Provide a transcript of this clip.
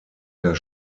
der